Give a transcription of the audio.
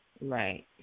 Right